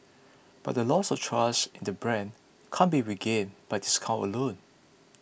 but the loss of trust in the brand can't be regained by discounts alone